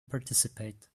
participate